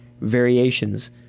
variations